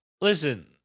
Listen